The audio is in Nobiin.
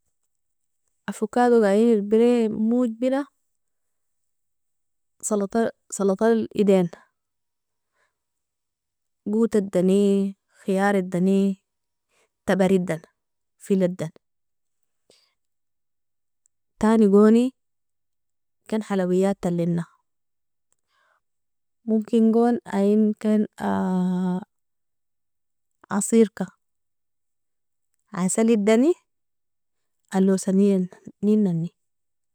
Afokadoga ien irbirimojbela salatal idena gotadani, khiaridani, tabaidan, felidan, tanigoni ken halwayata alena momkengon ien ken asserka aselidani alosa nennani.